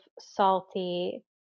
salty